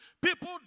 People